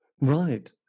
Right